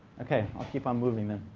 okay, i'll keep on moving then.